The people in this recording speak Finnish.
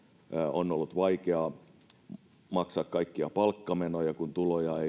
on ollut vaikeaa maksaa kaikkia palkkamenoja kun tuloja